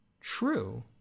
true